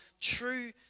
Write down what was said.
true